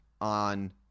on